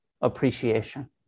appreciation